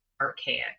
archaic